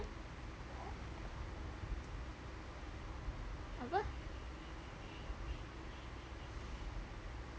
apa